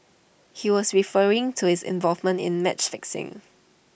he was referring to his involvement in match fixing